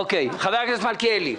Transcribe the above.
בבקשה, חבר הכנסת מלכיאלי.